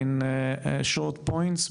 בנקודות קצרות,